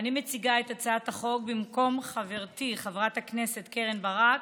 אני מציגה את הצעת החוק במקום חברתי חברת הכנסת קרן ברק,